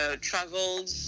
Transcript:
traveled